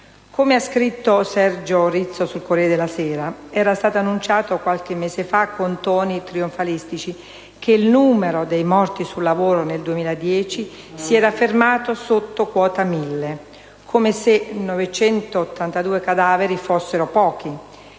Come ha scritto Sergio Rizzo sul «Corriere della Sera», era stato annunciato qualche mese fa con toni trionfalistici «che il numero dei morti sul lavoro nel 2010 si era fermato sotto quota mille. Come se 982 cadaveri fossero pochi.